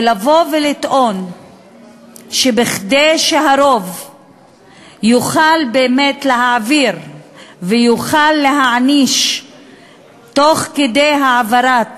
ולבוא ולטעון שכדי שהרוב יוכל באמת להעביר ויוכל להעניש תוך כדי העברת